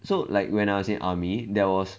so like when I was in army there was